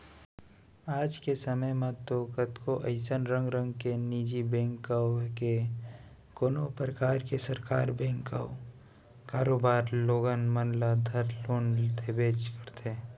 आज के समे म तो कतको अइसन रंग रंग के निजी बेंक कव के कोनों परकार के सरकार बेंक कव करोबर लोगन मन ल धर लोन देबेच करथे